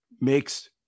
makes